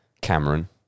Cameron